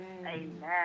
Amen